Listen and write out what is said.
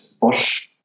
Bosch